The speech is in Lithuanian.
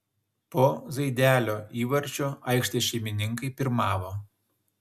po zaidelio įvarčio aikštės šeimininkai pirmavo